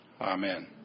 amen